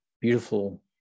beautiful